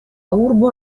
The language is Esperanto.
urbo